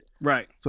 Right